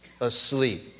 asleep